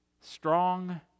strong